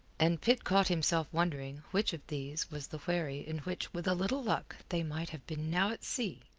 and pitt caught himself wondering which of these was the wherry in which with a little luck they might have been now at sea.